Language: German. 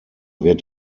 wird